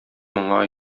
моңа